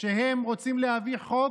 שהם רוצים להביא חוק,